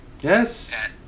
yes